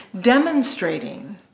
demonstrating